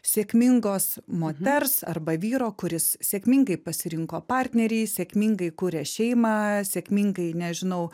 sėkmingos moters arba vyro kuris sėkmingai pasirinko partnerį sėkmingai kuria šeimą sėkmingai nežinau